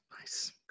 Nice